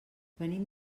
venim